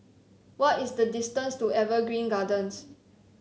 what is the distance to Evergreen Gardens